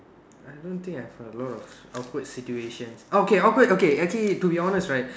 I don't think I've a lot of awkward situations orh okay awkward okay to be honest right